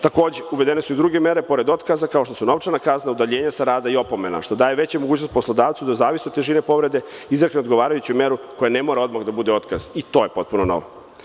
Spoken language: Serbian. Takođe, uvedene su i druge mere pored otkaza, kao što su novčana kazna, udaljenje sa rada i opomena, što daje veću mogućnost poslodavcu da zavisno od težine povrede izrekne odgovarajuću meru koja ne mora odmah da bude otkaz, to je potpuno novo.